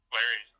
Larry